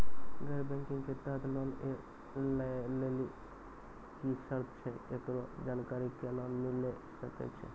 गैर बैंकिंग के तहत लोन लए लेली की सर्त छै, एकरो जानकारी केना मिले सकय छै?